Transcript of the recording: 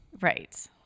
Right